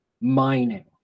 mining